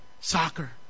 Soccer